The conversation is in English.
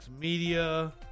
Media